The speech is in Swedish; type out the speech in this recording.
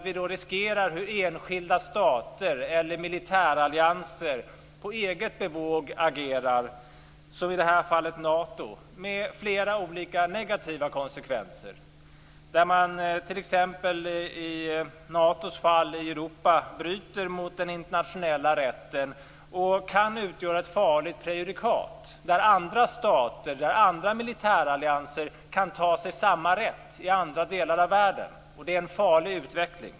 Vi riskerar att enskilda stater eller militärallianser agerar på eget bevåg, som i detta fall Nato, med flera olika negativa konsekvenser som följd. I Natos fall i Europa bryter man t.ex. mot den internationella rätten, och det kan utgöra ett farligt prejudikat. Andra stater och andra militärallianser kan ta sig samma rätt i andra delar av världen, och det är en farlig utveckling.